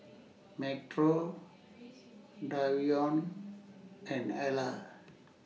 Metro Davion and Alla